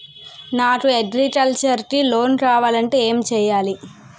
నాకు అగ్రికల్చర్ కి లోన్ కావాలంటే ఏం చేయాలి?